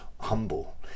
humble